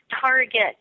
target